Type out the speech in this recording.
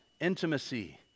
Intimacy